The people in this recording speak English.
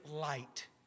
light